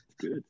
good